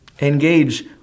Engage